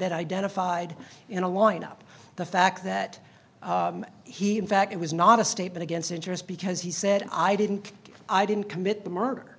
that identified in a lineup the fact that he in fact it was not a statement against interest because he said i didn't i didn't commit the murder